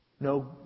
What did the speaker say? No